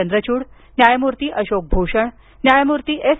चंद्रचूड न्यायमूर्ती अशोक भूषण न्यायमूर्ती एस